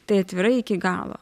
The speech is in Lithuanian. tai atvirai iki galo